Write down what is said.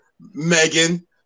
Megan